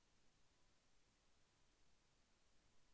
Debit అంటే ఏమిటి?